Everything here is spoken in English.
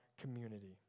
community